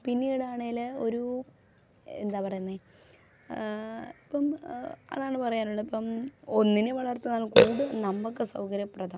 പിന്നീടാണെങ്കിൽ ഒരു എന്താണ് പറയുന്നത് ഇപ്പം അതാണ് പറയാനുള്ളത് ഇപ്പം ഒന്നിനെ വളർത്തുന്നതാണ് കൂടുതൽ നമ്മൾക്ക് സൗകര്യപ്രദം